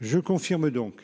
je confirme donc